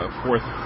fourth